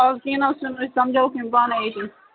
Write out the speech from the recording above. وَل کیٚنٛہہ نہٕ حظ چھُنہٕ أسۍ سمجاووکھ یِم پانَے ییٚتی